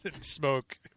Smoke